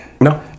No